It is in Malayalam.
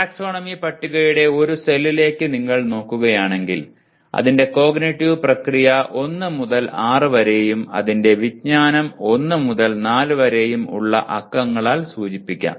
ടാക്സോണമി പട്ടികയുടെ ഒരു സെല്ലിലേക്ക് നിങ്ങൾ നോക്കുകയാണെങ്കിൽ അതിന്റെ കോഗ്നിറ്റീവ് പ്രക്രിയ 1 മുതൽ 6 വരെയും അതിന്റെ വിജ്ഞാന വിഭാഗം 1 മുതൽ 4 വരെയും ഉള്ള അക്കങ്ങളാൽ സൂചിപ്പിക്കാം